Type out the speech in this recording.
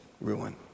ruin